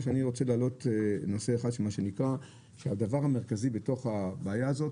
אני רוצה להעלות נושא אחד מה שנקרא שהדבר המרכזי בתוך הבעיה הזאת,